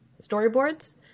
storyboards